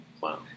Wow